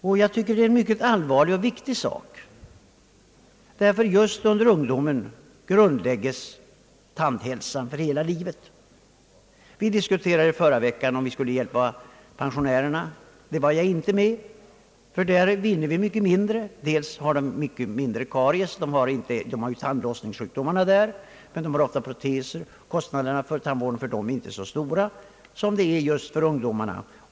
Jag tycker att detta är en mycket allvarlig och viktig sak, eftersom tandhälsan för hela livet grundlägges just under ungdomen. Förra veckan diskuterade vi om vi på likartat sätt skulle hjälpa pensionärerna med tandvård; detta var jag mindre med på, ty där vinner vi mycket mindre. Dels har de mycket mindre karies — i stället har de tandlossningssjukdomar — dels har de ofta proteser. Tandläkarkostnaderna för pensionärerna är därför ej så stora som för ungdomarna.